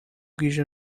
bwije